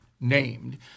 named